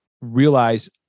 realize